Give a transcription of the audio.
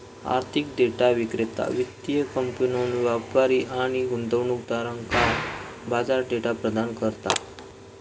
आर्थिक डेटा विक्रेता वित्तीय कंपन्यो, व्यापारी आणि गुंतवणूकदारांका बाजार डेटा प्रदान करता